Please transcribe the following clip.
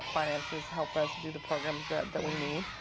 finances help us do the programs that that we need.